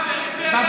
הוא